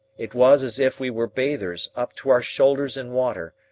it was as if we were bathers, up to our shoulders in water,